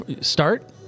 start